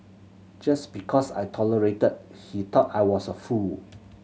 just because I tolerated he thought I was a fool